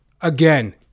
again